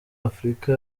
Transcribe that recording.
afurika